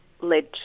led